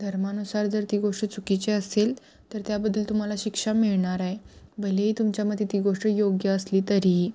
धर्मानुसार जर ती गोष्ट चुकीची असेल तर त्याबद्दल तुम्हाला शिक्षा मिळणार आहे भलेही तुमच्या मते ती गोष्ट योग्य असली तरीही